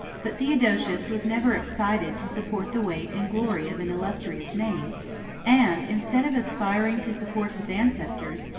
but theodosius was never excited to support the weight and glory of an illustrious name and, instead of aspiring to support his ancestors,